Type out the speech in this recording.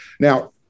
Now